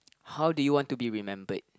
how do you want to be remembered